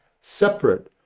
separate